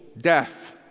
death